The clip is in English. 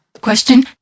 Question